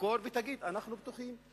שתחקור ותגיד: אנחנו בטוחים,